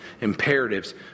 imperatives